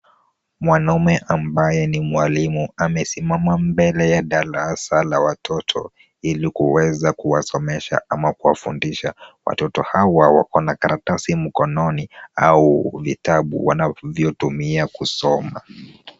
Mwanaume ambaye ni mwalimu amesimama mbele ya darasa la watoto ili kuweza kuwasomesha ama kuwafundisha. Watoto hawa wako na karatasi mkononi au vitabu wanavyotumia kusoma.